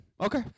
Okay